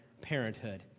parenthood